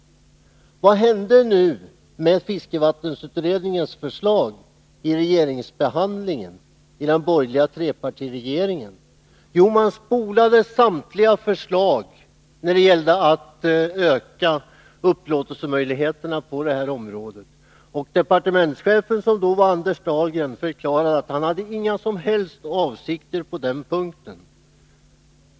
Men vad hände sedan med fiskevattensutredningens förslag i samband med den borgerliga trepartiregeringens behandling av frågan? Jo, man ”spolade” samtliga förslag om att öka upplåtelsemöjligheterna på det här området. Departementschefen, som då var Anders Dahlgren, förklarade att han inte hade några som helst avsikter på den punkten.